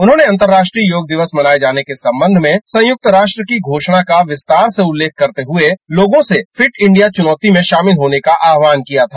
उन्होंने अंतर्राष्ट्रीय योग दिवस मनाए जाने के संबंध में संयुक्त राष्ट्र की घोषणा का विस्तार से उल्लेख करते हुए लोगों से फिट इंडिया चुनौती में शामिल होने का आहवान किया था